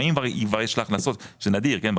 אם כבר יש לה הכנסות שזה נדיר כן,